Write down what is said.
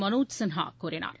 மனோஜ் சின்ஹா கூறினார்